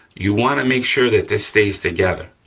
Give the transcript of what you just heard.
you wanna make sure that this stays together,